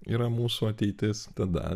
yra mūsų ateitis tada